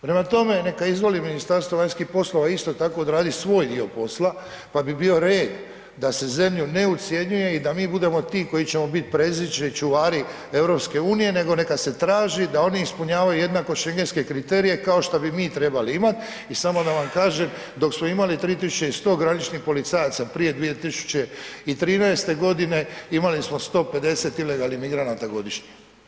Prema tome, neka izvoli Ministarstvo vanjskih poslova isto tako isto odradit svoj dio posla pa bi bio red da se zemlju ne ucjenjuje i da mi budemo ti koji ćemo bit predziđe i čuvari EU-a nego neka se traži da oni ispunjavaju jednako schengenske kriterije kao šta bi mi trebali imat i samo da vam kažem, dok smo imali 3100 graničnih policajaca prije 2013. g., imali smo 150 ilegalnih migranata godišnje.